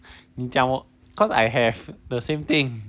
你讲我 cause I have the same thing